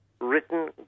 written